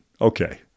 Okay